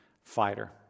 fighter